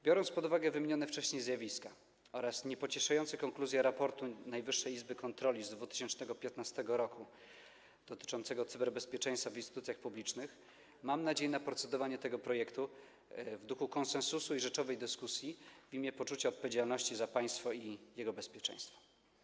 Biorąc pod uwagę wymienione wcześniej zjawiska oraz niepocieszające konkluzje raportu Najwyższej Izby Kontroli z 2015 r. dotyczącego cyberbezpieczeństwa w instytucjach publicznych, mam nadzieję na procedowanie tego projektu w duchu konsensusu i rzeczowej dyskusji w imię poczucia odpowiedzialności za państwo i jego bezpieczeństwo.